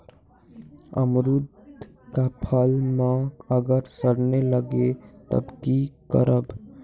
अमरुद क फल म अगर सरने लगे तब की करब?